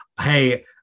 hey